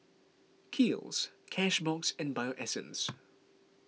Kiehl's Cashbox and Bio Essence